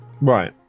Right